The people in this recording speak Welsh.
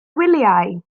wyliau